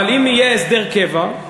אבל אם יהיה הסדר קבע,